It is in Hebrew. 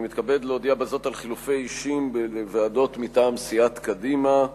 אני מתכבד להודיע בזאת על חילופי אישים בוועדות מטעם סיעת קדימה: